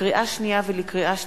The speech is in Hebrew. לקריאה שנייה ולקריאה שלישית: